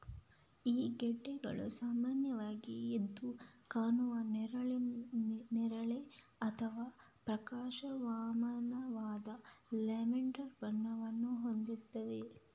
ಈ ಗೆಡ್ಡೆಗಳು ಸಾಮಾನ್ಯವಾಗಿ ಎದ್ದು ಕಾಣುವ ನೇರಳೆ ಅಥವಾ ಪ್ರಕಾಶಮಾನವಾದ ಲ್ಯಾವೆಂಡರ್ ಬಣ್ಣವನ್ನು ಹೊಂದಿರ್ತವೆ